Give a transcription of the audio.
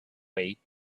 way